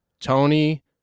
Tony